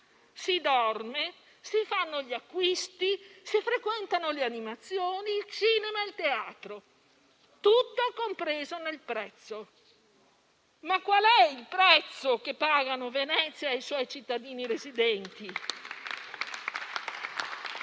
si dorme, si fanno gli acquisti, si frequentano le animazioni, il cinema e il teatro: tutto è compreso nel prezzo. Ma qual è il prezzo che pagano Venezia e i suoi cittadini residenti?